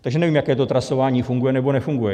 Takže nevím, jak to trasování funguje nebo nefunguje.